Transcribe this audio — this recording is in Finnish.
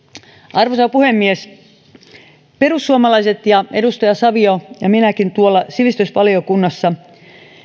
arvoisa puhemies me perussuomalaiset ja edustaja savio ja minä tuolla sivistysvaliokunnassa